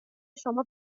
شما